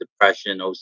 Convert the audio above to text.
depression